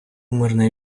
мирний